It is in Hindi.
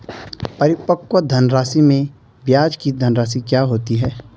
परिपक्व धनराशि में ब्याज की धनराशि क्या होती है?